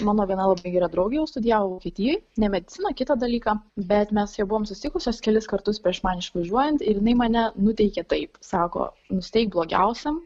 mano viena labai gera draugė jau studijavo vokietijoj ne mediciną kitą dalyką bet mes jau buvom susitikusios kelis kartus prieš man išvažiuojant ir jinai mane nuteikė taip sako nusiteik blogiausiam